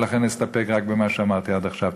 ולכן אסתפק במה שאמרתי עד עכשיו.